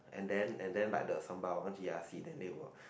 and then and then like the Sembawang G_R_C then they will